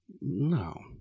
No